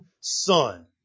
son